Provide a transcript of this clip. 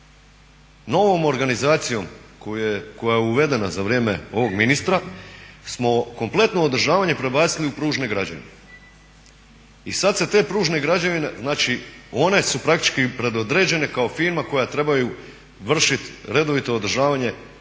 Novom organizacijom koja je uvedena za vrijeme ovog ministra smo kompletno održavanje prebacili u pružne građevine. I sada se pružne građevine one su praktički predodređene kao firma koje trebaju vršiti redovito održavanje